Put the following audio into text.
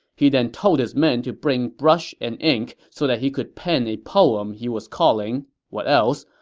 he then told his men to bring brush and ink so that he could pen a poem he was calling what else?